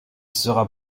sera